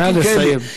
נא לסיים.